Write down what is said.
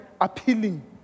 appealing